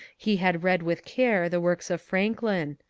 he had read with care the works of franklin.